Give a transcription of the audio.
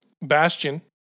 Bastion